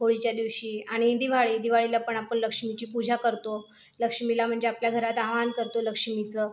होळीच्या दिवशी आणि दिवाळी दिवाळीला पण आपण लक्ष्मीची पूजा करतो लक्ष्मीला म्हणजे आपल्या घरात आवाहन करतो लक्ष्मीचं